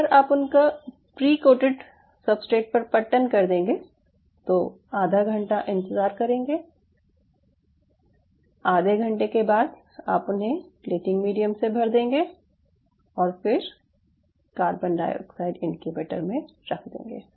एक बार आप उनका प्रीकोटेड सब्सट्रेट पर पट्टन कर देंगे तो आधा घंटा इंतज़ार करेंगे आधे घंटे के बाद आप उन्हें प्लेटिंग मीडियम से भर देंगे और फिर कार्बन डाइऑक्साइड इनक्यूबेटर में रख देंगे